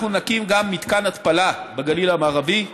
אנחנו נקים גם מתקן התפלה בגליל המערבי.